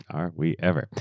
um we ever?